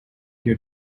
your